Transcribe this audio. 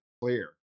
clear